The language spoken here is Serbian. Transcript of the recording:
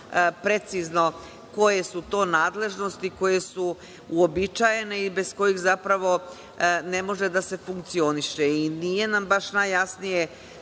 precizno koje su to nadležnosti koje su uobičajene i bez kojih, zapravo, ne može da se funkcioniše. Nije nam baš najjasnije